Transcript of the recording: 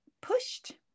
pushed